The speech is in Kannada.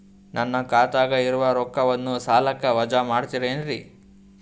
ನನ್ನ ಖಾತಗ ಇರುವ ರೊಕ್ಕವನ್ನು ಸಾಲಕ್ಕ ವಜಾ ಮಾಡ್ತಿರೆನ್ರಿ?